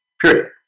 Period